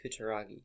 Kutaragi